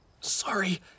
sorry